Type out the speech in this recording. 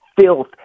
filth